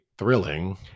thrilling